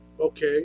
Okay